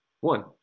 One